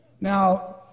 Now